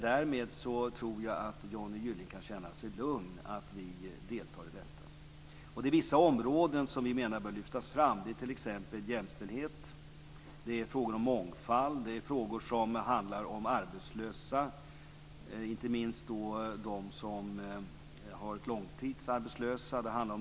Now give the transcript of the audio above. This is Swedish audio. Därmed tror jag att Johnny Gylling kan känna sig lugn för att vi deltar i detta. Vi menar att det är vissa områden som bör lyftas fram. Det är t.ex. jämställdhet, frågor om mångfald och frågor som handlar om arbetslösa, och då inte minst de som är långtidsarbetslösa.